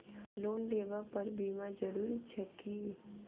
Loan लेबऽ पर बीमा जरूरी छैक की?